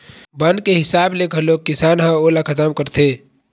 बन के हिसाब ले घलोक किसान ह ओला खतम करथे